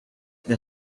this